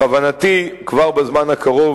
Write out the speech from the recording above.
בכוונתי ליזום כבר בזמן הקרוב,